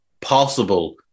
possible